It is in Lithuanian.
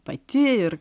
pati ir